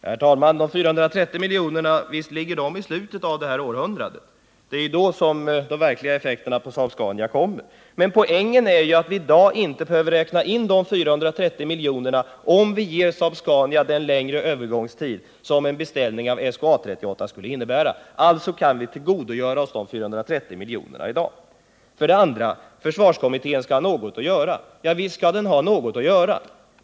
Herr talman! Visst ligger de 430 miljoner kronorna i slutet av det här århundradet —det är ju då som de verkliga effekterna på Saab-Scania kommer. Men poängen är ju att vi i dag inte behöver räkna in de 430 miljonerna, om vi ger Saab-Scania den längre övergångstid som en beställning av SK 38 skulle innebära. Alltså kan vi tillgodogöra oss de 430 miljonerna i dag. Försvarskommittén skall ha något att göra, sade försvarsministern. Ja, visst skall den ha något att göra!